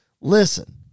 Listen